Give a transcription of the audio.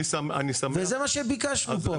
זה מה שביקשנו פה,